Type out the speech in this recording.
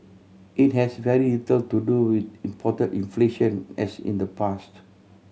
it has very little to do with import inflation as in the past